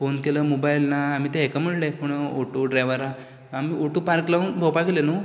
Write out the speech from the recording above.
phone केल्यार mobile ना आमी तें हेका म्हणलें कोण ओटो ड्रायवराक आमी ओटो पार्क लावन भोंवपाक गेल्ले न्हू